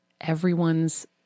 everyone's